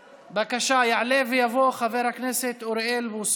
בבקשה, יעלה ויבוא חבר הכנסת אוריאל בוסו.